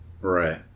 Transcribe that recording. Right